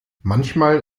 manchmal